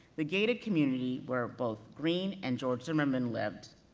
the gated community where both green and george zimmerman lived.